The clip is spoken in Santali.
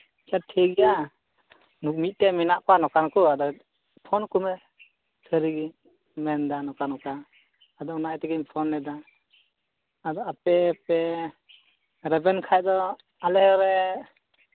ᱟᱪᱪᱷᱟ ᱴᱷᱤᱠ ᱜᱮᱭᱟ ᱢᱤᱫᱴᱮᱱ ᱢᱮᱱᱟᱜ ᱠᱚᱣᱟ ᱱᱚᱝᱠᱟᱱ ᱠᱚ ᱟᱫᱚ ᱯᱷᱳᱱ ᱟᱠᱚᱢᱮ ᱥᱟᱹᱨᱤᱜᱮ ᱢᱮᱱᱫᱟ ᱱᱚᱝᱠᱟ ᱱᱚᱝᱠᱟ ᱟᱫᱚ ᱚᱱᱟ ᱤᱭᱟᱹ ᱛᱮᱜᱮᱧ ᱯᱷᱳᱱ ᱞᱮᱫᱟ ᱟᱫᱚ ᱟᱯᱮ ᱯᱮ ᱨᱮᱵᱮᱱ ᱠᱷᱟᱡ ᱫᱚ ᱟᱞᱮ ᱞᱮ